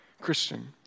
Christian